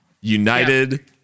united